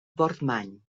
portmany